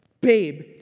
Babe